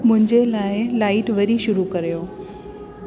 मुंहिंजे लाइ लाइट वरी शुरू करियो